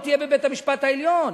לא תהיה בבית-המשפט העליון.